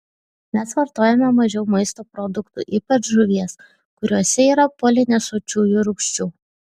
mes vartojame mažiau maisto produktų ypač žuvies kuriuose yra polinesočiųjų rūgščių